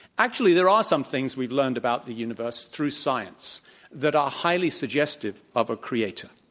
actually, there are some things we've learned about the universe through science that are highly suggestive of a creator,